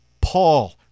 Paul